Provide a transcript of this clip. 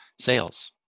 sales